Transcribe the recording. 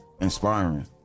inspiring